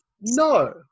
no